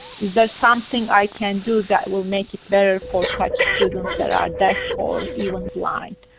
is there something i can do that will make it better for such students that are deaf or even blind.